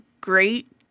great